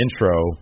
intro